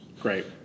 Great